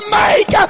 make